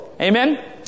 Amen